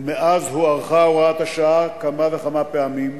ומאז הוארכה הוראת השעה כמה וכמה פעמים.